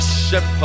ship